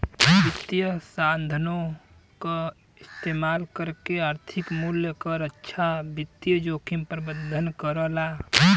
वित्तीय साधनों क इस्तेमाल करके आर्थिक मूल्य क रक्षा वित्तीय जोखिम प्रबंधन करला